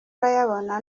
urayabona